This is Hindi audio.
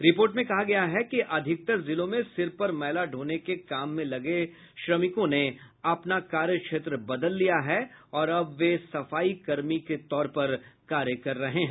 रिपोर्ट में कहा गया है कि अधिकतर जिलों में सिर पर मैला ढोने के काम में लगे श्रमिकों ने अपना कार्य क्षेत्र बदल लिया है और अब वे सफाई कर्मी का कार्य कर रहे हैं